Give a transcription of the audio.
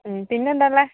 പിന്നെയെന്താണ് ഉള്ളത്